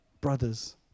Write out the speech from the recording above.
brothers